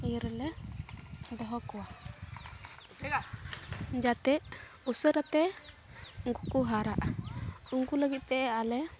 ᱤᱭᱟᱹ ᱨᱮᱞᱮ ᱫᱚᱦᱚ ᱠᱚᱣᱟ ᱡᱟᱛᱮ ᱩᱥᱟᱹᱨᱟᱛᱮ ᱩᱱᱠᱩ ᱠᱚ ᱦᱟᱨᱟᱜᱼᱟ ᱩᱱᱠᱩ ᱞᱟᱹᱜᱤᱫᱼᱛᱮ ᱟᱞᱮ